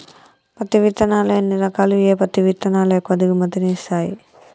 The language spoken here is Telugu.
పత్తి విత్తనాలు ఎన్ని రకాలు, ఏ పత్తి విత్తనాలు ఎక్కువ దిగుమతి ని ఇస్తాయి?